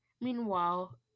Meanwhile